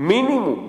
מינימום